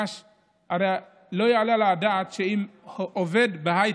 הרי לא יעלה על הדעת, אם עובד בהייטק,